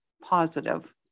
positive